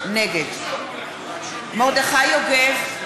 נגד מרדכי יוגב,